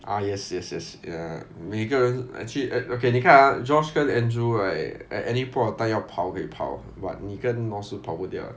ah yes yes yes ya 每个人 actually okay 你看 ah josh 跟 andrew right at any point of time 要跑可以跑 but 你跟 noz 是跑不掉